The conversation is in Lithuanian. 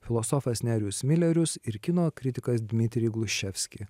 filosofas nerijus milerius ir kino kritikas dmitri gluševski